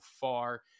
far